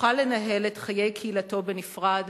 יוכל לנהל את חיי קהילתו בנפרד,